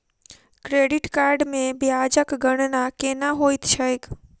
credit card मे ब्याजक गणना केना होइत छैक